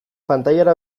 pantailara